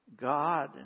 God